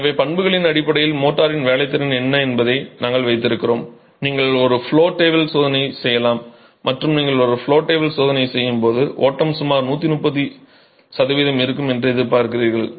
எனவே பண்புகளின் அடிப்படையில் மோர்டாரின் வேலைத்திறன் என்பது நாங்கள் வைத்திருக்கிறோம் நீங்கள் ஒரு ஃப்ளோ டேபிள் சோதனையை செய்யலாம் மற்றும் நீங்கள் ஒரு ஃப்ளோ டேபிள் சோதனையை செய்யும்போது ஓட்டம் சுமார் 130 சதவீதம் இருக்கும் என்று எதிர்பார்க்கிறீர்கள்